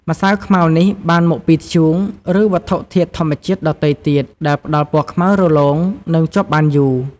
ម្សៅខ្មៅនេះបានមកពីធ្យូង ឬវត្ថុធាតុធម្មជាតិដទៃទៀតដែលផ្តល់ពណ៌ខ្មៅរលោង និងជាប់បានយូរ។